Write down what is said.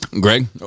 Greg